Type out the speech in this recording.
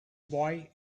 boy